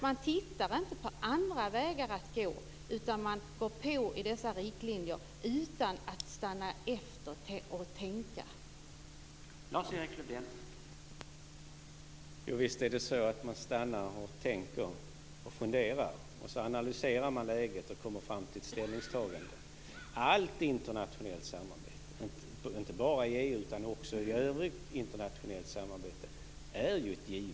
Man tittar inte på andra vägar att gå utan går med på i dessa riktlinjer utan att stanna och tänka efter.